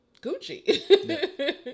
Gucci